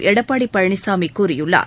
எடப்பாடி பழனிசாமி கூறியுள்ளார்